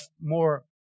more